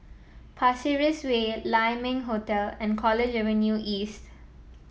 Pasir Ris Way Lai Ming Hotel and College Avenue East